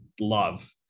love